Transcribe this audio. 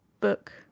book